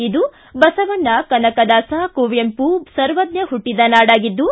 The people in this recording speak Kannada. ಇದು ಬಸವಣ್ಣ ಕನಕದಾಸ ಕುವೆಂಪು ಸರ್ವಜ್ಞ ಹುಟ್ಟಿದ್ದ ನಾಡಾಗಿದ್ದು